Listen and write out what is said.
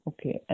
Okay